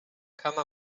kama